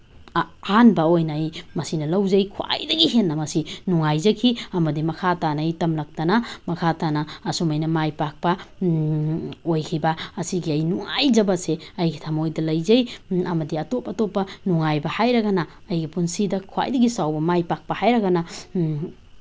ꯑꯍꯥꯟꯕ ꯑꯣꯏꯅ ꯑꯩ ꯃꯁꯤꯅ ꯂꯧꯖꯩ ꯈ꯭ꯋꯥꯏꯗꯒꯤ ꯍꯦꯟꯅ ꯃꯁꯤ ꯅꯨꯡꯉꯥꯏꯖꯈꯤ ꯑꯃꯗꯤ ꯃꯈꯥ ꯇꯥꯅ ꯑꯩ ꯇꯝꯃꯛꯇꯅ ꯃꯈꯥ ꯇꯥꯅ ꯑꯁꯨꯃꯥꯏꯅ ꯃꯥꯏ ꯄꯥꯛꯄ ꯑꯣꯏꯈꯤꯕ ꯑꯁꯤꯒꯤ ꯑꯩ ꯅꯨꯡꯉꯥꯏꯖꯕꯁꯦ ꯑꯩꯒꯤ ꯊꯃꯣꯏꯗ ꯂꯩꯖꯩ ꯑꯃꯗꯤ ꯑꯇꯣꯞꯄ ꯑꯇꯣꯞꯄ ꯅꯨꯡꯉꯥꯏꯕ ꯍꯥꯏꯔꯒꯅ ꯑꯩꯒꯤ ꯄꯨꯟꯁꯤꯗ ꯈ꯭ꯋꯥꯏꯗꯒꯤ ꯆꯥꯎꯕ ꯃꯥꯏ ꯄꯥꯛꯄ ꯍꯥꯏꯔꯒꯅ